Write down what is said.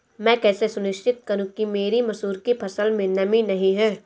मैं कैसे सुनिश्चित करूँ कि मेरी मसूर की फसल में नमी नहीं है?